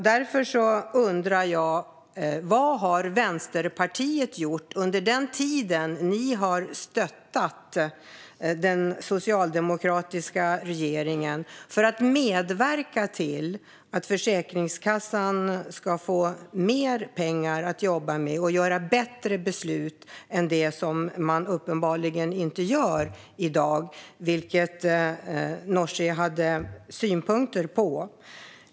Därför undrar jag: Vad har Vänsterpartiet gjort under den tid som ni har stöttat den socialdemokratiska regeringen för att medverka till att Försäkringskassan ska få mer pengar och fatta bättre beslut än vad man gör i dag, vilket Nooshi hade synpunkter på?